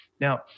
Now